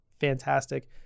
fantastic